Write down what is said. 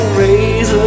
raise